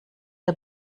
der